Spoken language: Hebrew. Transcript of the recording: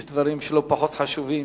יש דברים שהם לא פחות חשובים,